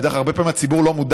הרבה פעמים הציבור לא מודע